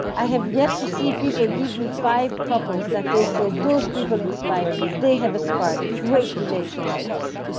i have yet to see people give me five couples that they say those people inspire me, they have a spark great relationships.